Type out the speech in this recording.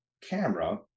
camera